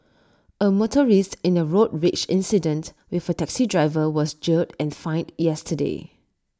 A motorist in A road rage incident with A taxi driver was jailed and fined yesterday